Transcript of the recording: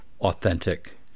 authentic